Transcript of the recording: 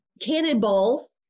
cannonballs